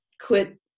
quit